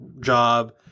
job